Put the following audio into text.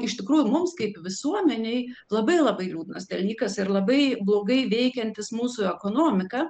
iš tikrųjų mums kaip visuomenei labai labai liūdnas dalykas ir labai blogai veikiantis mūsų ekonomiką